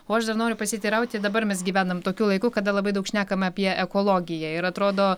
o aš dar noriu pasiteirauti dabar mes gyvenam tokiu laiku kada labai daug šnekam apie ekologiją ir atrodo